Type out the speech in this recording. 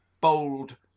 bold